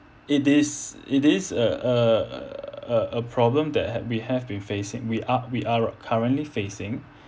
it is it is uh uh uh a problem that had we have been facing we are we are currently facing